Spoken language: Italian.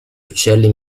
uccelli